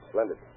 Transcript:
Splendid